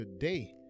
today